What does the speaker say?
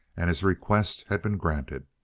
and his request had been granted.